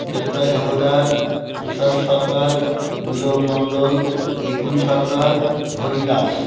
Devdas Haldar Tushar Sarkar Milan Mondal Bipul Sarkar Hari Das